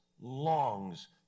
longs